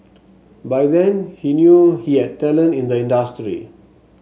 by then he knew he had talent in the industry